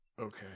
Okay